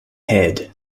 head